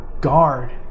guard